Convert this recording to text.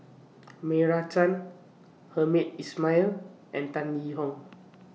Meira Chand Hamed Ismail and Tan Yee Hong